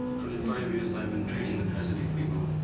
twenty five years i've been trading with hasidic people.